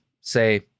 say